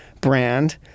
brand